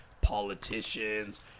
politicians